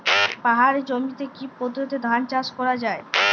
পাহাড়ী জমিতে কি পদ্ধতিতে ধান চাষ করা যায়?